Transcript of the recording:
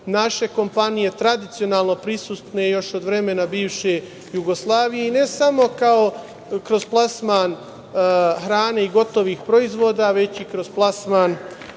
naše kompanije tradicionalno prisutne još od vremena bivše Jugoslavije i ne samo kroz plasman hrane i gotovih proizvoda, već i kroz plasman